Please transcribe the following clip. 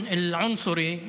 להלן תרגומם: